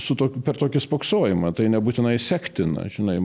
su tokiu per tokį spoksojimą tai nebūtinai sektina žinai